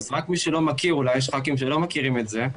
אולי יש חברי כנסת שלא מכירים את זה,